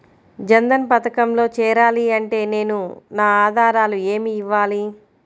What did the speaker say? జన్ధన్ పథకంలో చేరాలి అంటే నేను నా ఆధారాలు ఏమి ఇవ్వాలి?